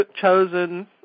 chosen